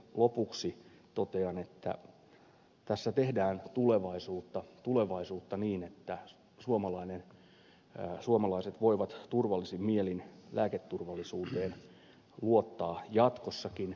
lopuksi totean että tässä tehdään tulevaisuutta tulevaisuutta niin että suomalaiset voivat turvallisin mielin lääketurvallisuuteen luottaa jatkossakin